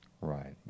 Right